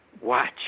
watch